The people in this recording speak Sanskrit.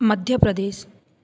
मध्यप्रदेशः